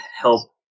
help